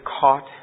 caught